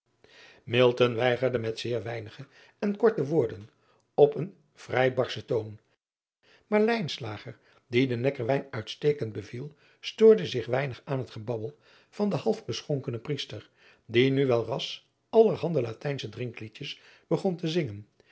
weigerde met zeer weinige en korte woorden op een vrij barschen toon maar dien de ekkerwijn uitstekend beviel stoorde zich weinig aan het gebabbel van den half beschonkenen riester die nu welras allerhande atijnsche drinkliedjes begon te zingen